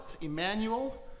Emmanuel